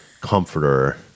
comforter